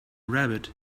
rabbit